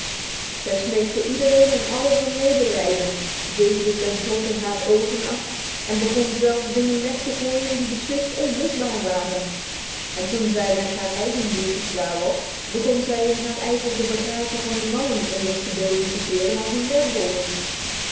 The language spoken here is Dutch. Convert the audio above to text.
zij smeekte iedereen en alles om medelijden veegde ten slotte haar ogen af en begon zelfs dingen weg te gooien die beslist onmisbaar waren en toen zij met haar eigen boeltje klaar was begon zij in haar ijver de bagage van de mannen ondersteboven te keren als een wervelwind